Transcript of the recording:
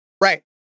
right